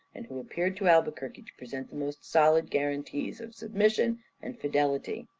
and who appeared to albuquerque to present the most solid guarantees of submission and fidelity.